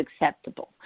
acceptable